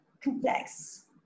complex